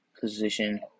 position